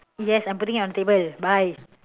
yes I'm putting it on the table bye